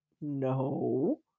no